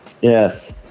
yes